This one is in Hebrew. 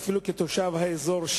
כתושב האזור,